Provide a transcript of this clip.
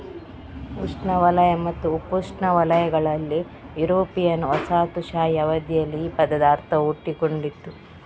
ಉಷ್ಣವಲಯ ಮತ್ತು ಉಪೋಷ್ಣವಲಯಗಳಲ್ಲಿ ಯುರೋಪಿಯನ್ ವಸಾಹತುಶಾಹಿ ಅವಧಿಯಲ್ಲಿ ಈ ಪದದ ಅರ್ಥವು ಹುಟ್ಟಿಕೊಂಡಿತು